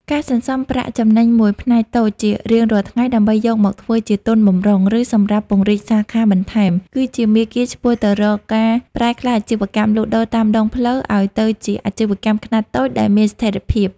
ការសន្សំប្រាក់ចំណេញមួយផ្នែកតូចជារៀងរាល់ថ្ងៃដើម្បីយកមកធ្វើជាទុនបម្រុង ឬសម្រាប់ពង្រីកសាខាបន្ថែម គឺជាមាគ៌ាឆ្ពោះទៅរកការប្រែក្លាយអាជីវកម្មលក់ដូរតាមដងផ្លូវឱ្យទៅជាអាជីវកម្មខ្នាតតូចដែលមានស្ថិរភាព។